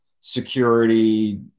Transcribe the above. security